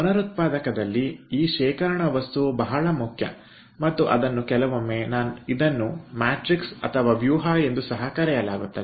ಪುನರುತ್ಪಾದಕದಲ್ಲಿ ಈ ಶೇಖರಣಾ ವಸ್ತು ಬಹಳ ಮುಖ್ಯ ಮತ್ತು ಅದನ್ನು ಕೆಲವೊಮ್ಮೆ ಇದನ್ನು ಮ್ಯಾಟ್ರಿಕ್ಸ್ ವ್ಯೂಹ ಎಂದು ಸಹ ಕರೆಯಲಾಗುತ್ತದೆ